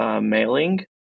mailing